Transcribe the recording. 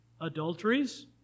adulteries